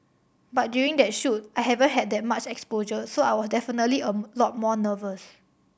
but during that shoot I haven't had that much exposure so I was definitely a lot more nervous